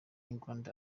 england